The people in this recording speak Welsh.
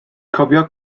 cofio